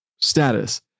status